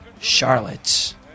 Charlotte